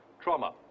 trauma